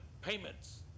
payments